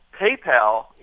PayPal